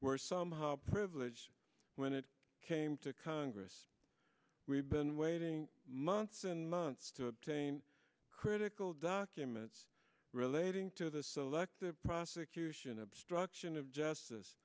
were somehow privileged when it came to congress we've been waiting months and months to obtain critical documents relating to the selective prosecution obstruction of justice